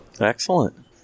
Excellent